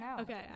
okay